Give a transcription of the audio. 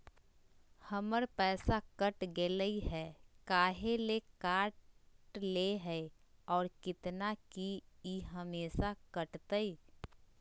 हमर पैसा कट गेलै हैं, काहे ले काटले है और कितना, की ई हमेसा कटतय?